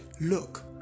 Look